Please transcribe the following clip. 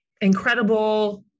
incredible